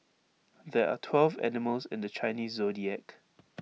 there are twelve animals in the Chinese Zodiac